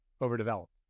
overdeveloped